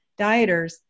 dieters